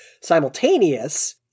simultaneous